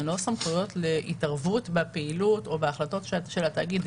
הן לא סמכויות להתערבות בפעילות או בהחלטות של התאגיד.